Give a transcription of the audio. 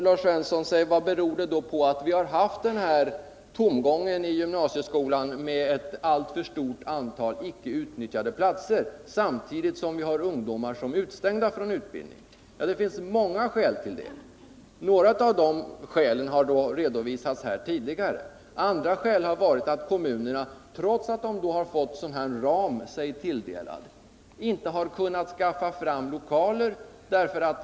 Lars Svensson frågar sig vad det beror på att vi haft denna tomgång i gymnasieskolan med ett alltför stort antal icke utnyttjade platser samtidigt som vi har ungdomar som är utestängda från utbildning. Det finns många skäl till det. Några av de skälen har redovisats tidigare. Andra skäl är att kommunerna, trots att de fått sig en ram tilldelad, inte har kunnat skaffa fram lokaler.